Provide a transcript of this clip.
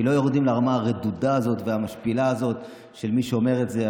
כי לא יורדים לרמה הרדודה הזאת והמשפילה הזאת של מי שאומר את זה.